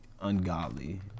ungodly